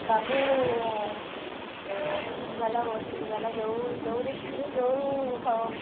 ସବୁ ଈଟିଭି ବାଲା ଓଟିଭି ବାଲା ଯେଉଁ ଯେଉଁ ଡିଷ୍ଟ୍ରିକ୍ଟରେ ଯେଉଁ